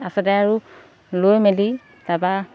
তাৰছতে আৰু লৈ মেলি তাৰপা